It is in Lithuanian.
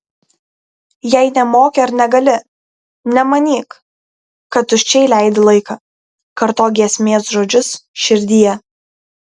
jei nemoki ar negali nemanyk kad tuščiai leidi laiką kartok giesmės žodžius širdyje